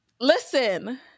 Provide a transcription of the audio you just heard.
Listen